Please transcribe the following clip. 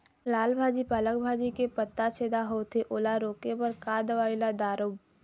लाल भाजी पालक भाजी के पत्ता छेदा होवथे ओला रोके बर का दवई ला दारोब?